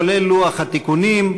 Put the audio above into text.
כולל לוח התיקונים.